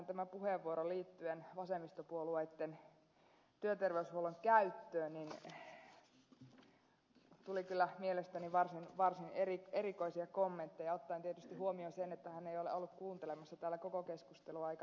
hänen puheenvuorossaan liittyen vasemmistopuolueitten työterveyshuollon käyttöön tuli kyllä mielestäni varsin erikoisia kommentteja ottaen tietysti huomioon sen että hän ei ole ollut kuuntelemassa täällä koko keskustelua eikä aikaisempaa keskustelua